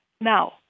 Now